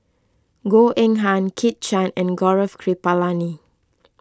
Goh Eng Han Kit Chan and Gaurav Kripalani